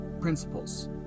principles